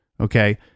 Okay